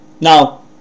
Now